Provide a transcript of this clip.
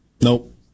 nope